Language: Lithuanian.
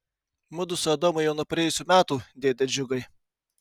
mudu su adomu jau nuo praėjusių metų dėde džiugai